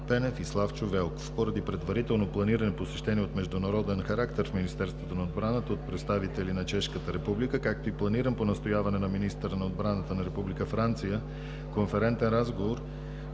Пенев; и Славчо Велков. Поради предварително планирано посещение от международен характер в Министерството на отбраната от представители на Чешката република, както и планиран по настояване на министъра на отбраната на Република Франция конферентен разговор,